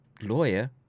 lawyer